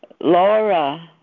Laura